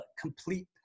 complete